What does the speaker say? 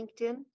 LinkedIn